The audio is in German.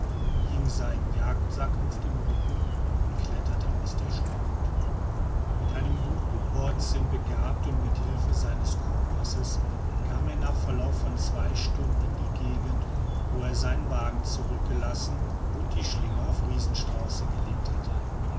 hing seinen jagdsack auf den rücken und kletterte aus der schlucht mit einem guten ortssinn begabt und mit hilfe seines kompasses kam er nach verlauf von zwei stunden in die gegend wo er seinen wagen zurückgelassen und die schlinge auf riesenstrauße gelegt hatte